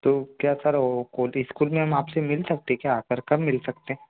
तो क्या सर वो इस्कूल में हम आप से मिल सकते हैं क्या आ कर कब मिल सकते हैं